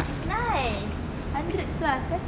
is nice hundred plus ah